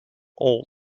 old